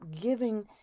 giving